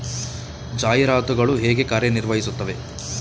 ಜಾಹೀರಾತುಗಳು ಹೇಗೆ ಕಾರ್ಯ ನಿರ್ವಹಿಸುತ್ತವೆ?